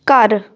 ਘਰ